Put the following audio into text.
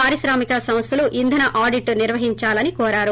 పారిశ్రామిక సంస్థలు ఇంథన ఆడిట్ నిర్వహించాలని కోరారు